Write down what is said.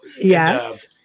yes